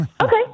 okay